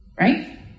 right